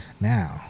Now